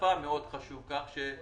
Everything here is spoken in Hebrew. השפה חשוב מאוד.